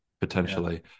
potentially